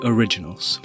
Originals